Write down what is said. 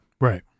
Right